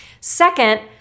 Second